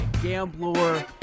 gambler